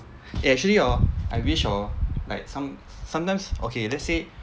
eh actually hor I wish hor like some sometimes okay let's say